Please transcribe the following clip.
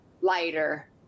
lighter